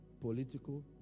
political